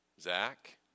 Zach